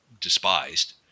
despised